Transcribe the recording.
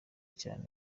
cyane